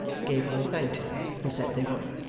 gabriel thanked him, and said they were.